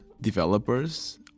developers